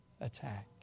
attack